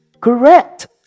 Correct